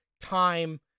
time